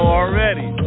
already